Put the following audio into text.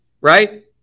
right